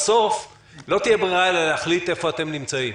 בסוף לא תהיה ברירה אלא להחליט איפה אתם נמצאים,